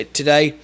today